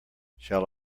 shall